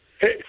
Hey